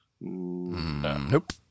Nope